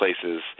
places